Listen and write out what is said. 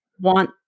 want